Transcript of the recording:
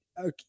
Okay